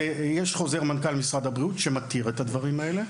יש חוזר מנכ"ל משרד הבריאות שמתיר את הדברים האלה.